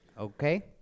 Okay